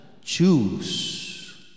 choose